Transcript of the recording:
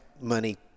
money